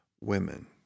women